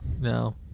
No